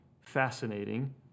fascinating